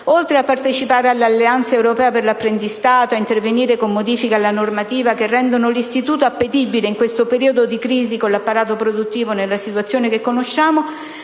oltre a partecipare all'alleanza europea per l'apprendistato e a intervenire con modifiche alla normativa che rendano l'istituto appetibile in questo periodo di crisi, con l'apparato produttivo nella situazione che conosciamo,